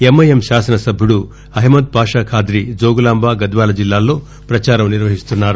MIM శాసనసభ్యుడు అహ్నద్ పాషఖాది జోగులాంబ గద్వాల జిల్లాల్లో పచారం నిర్వహిస్తున్నారు